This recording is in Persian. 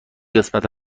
قسمت